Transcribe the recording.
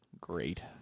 Great